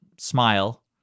Smile